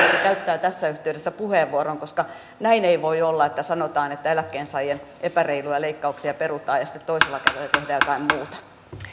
käyttää tässä yhteydessä puheenvuoron koska näin ei voi olla että sanotaan että eläkkeensaajien epäreiluja leikkauksia perutaan ja sitten toisella kädellä tehdään jotain muuta